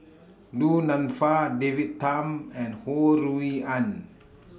Du Nanfa David Tham and Ho Rui An